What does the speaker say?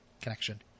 connection